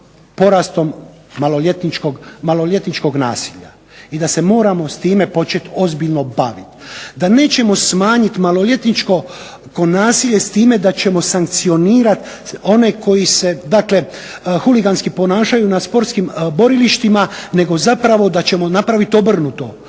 porastom maloljetničkog nasilja i da se moramo s time početi ozbiljno baviti, da nećemo smanjiti maloljetničko nasilje s time da ćemo sankcionirati one koji se, dakle huliganski ponašaju na sportskim borilištima nego zapravo da ćemo napravit obrnuto